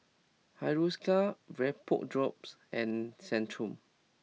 Hiruscar VapoDrops and Centrum